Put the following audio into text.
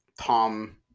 Tom